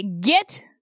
get